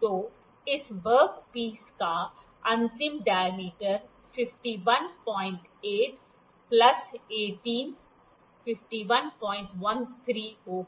तो इस वर्कपीस का अंतिम डायमीटर 518 प्लस 18 5113 होगा